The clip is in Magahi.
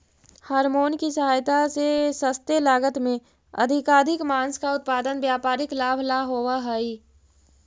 हॉरमोन की सहायता से सस्ते लागत में अधिकाधिक माँस का उत्पादन व्यापारिक लाभ ला होवअ हई